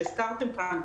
שהזכרתם כאן,